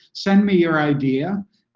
send me your idea.